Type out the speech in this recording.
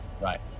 Right